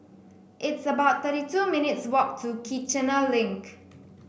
it's about thirty two minutes' walk to Kiichener Link